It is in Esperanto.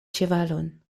ĉevalon